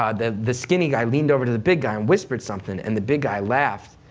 um the the skinny guy leaned over to the big guy and whispered something, and the big guy laughed,